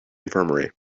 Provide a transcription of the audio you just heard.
infirmary